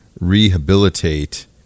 rehabilitate